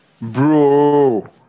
Bro